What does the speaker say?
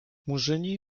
murzyni